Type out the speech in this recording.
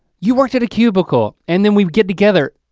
you worked at a cubicle and then we'd get together.